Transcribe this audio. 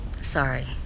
Sorry